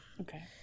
Okay